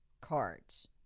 cards